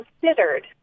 considered